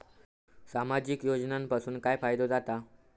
सामाजिक योजनांपासून काय फायदो जाता?